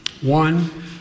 one